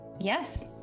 Yes